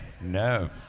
No